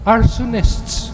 Arsonists